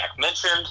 mentioned